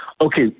Okay